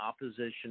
opposition